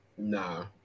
Nah